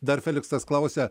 dar feliksas klausia